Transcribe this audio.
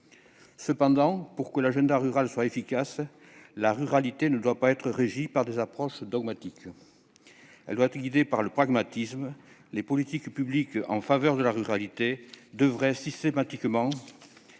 Cependant, pour que cet agenda soit efficace, la ruralité ne doit pas être régie par des approches dogmatiques. Elle doit être guidée par le pragmatisme. Les politiques publiques en faveur de la ruralité devraient systématiquement